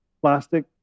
plastic